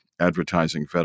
Advertising